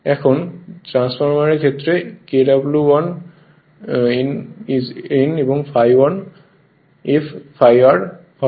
এখন ট্রান্সফরমার এর ক্ষেত্রে Kw1 N ∅1 f ∅r হবে